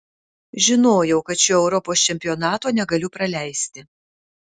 žinojau kad šio europos čempionato negaliu praleisti